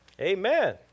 Amen